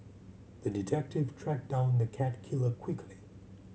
the detective tracked down the cat killer quickly